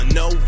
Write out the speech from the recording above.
no